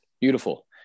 Beautiful